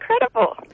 incredible